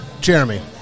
Jeremy